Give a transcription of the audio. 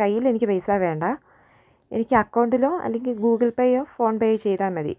കയ്യിൽ എനിക്ക് പൈസ വേണ്ട എനിക്ക് അക്കൗണ്ടിലോ അല്ലെങ്കിൽ ഗൂഗിൾ പേയോ ഫോൺ പേയോ ചെയ്താൽ മതി